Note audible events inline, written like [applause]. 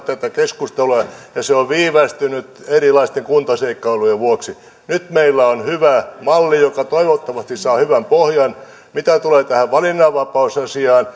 [unintelligible] tätä keskustelua ja se on viivästynyt erilaisten kuntaseikkailujen vuoksi nyt meillä on hyvä malli joka toivottavasti saa hyvän pohjan mitä tulee tähän valinnanvapausasiaan [unintelligible]